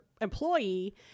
employee